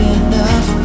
enough